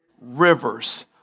rivers